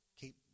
keep